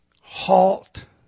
halt